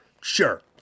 Sure